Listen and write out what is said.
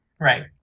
Right